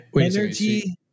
Energy